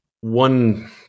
one